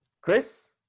Chris